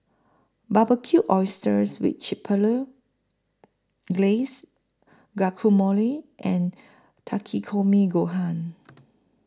Barbecued Oysters with Chipotle Glaze Guacamole and Takikomi Gohan